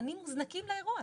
הכוננים מוזנקים לאירוע.